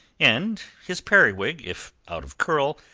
and his periwig, if out of curl,